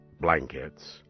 blankets